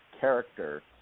character